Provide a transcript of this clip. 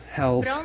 health